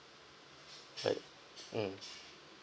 uh um